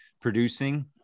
producing